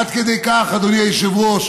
עד כדי כך, אדוני היושב-ראש,